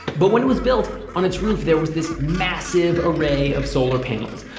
but when it was built on its roof, there was this massive array of solar panels.